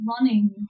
running